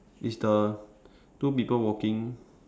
is the two people walking